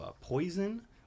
poison